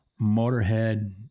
motorhead